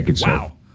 wow